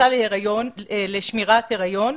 נכנסה לשמירת היריון,